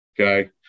Okay